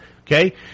Okay